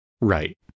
right